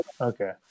okay